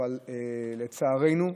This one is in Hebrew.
אבל לצערנו,